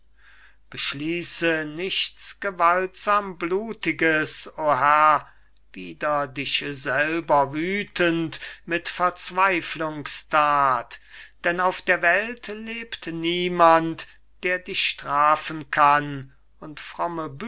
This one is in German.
beschließe nichts gewaltsam blutiges o herr wider sich selber wüthend mit verzweiflungsthat denn auf der welt lebt niemand der dich strafen kann und